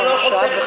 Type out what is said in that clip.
אתה לא יכול טכנית,